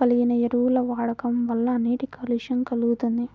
కలిగిన ఎరువుల వాడకం వల్ల నీటి కాలుష్యం కల్గుతుంది